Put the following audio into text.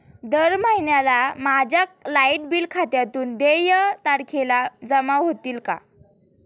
दर महिन्याला माझ्या लाइट बिल खात्यातून देय तारखेला जमा होतील का?